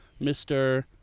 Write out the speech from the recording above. Mr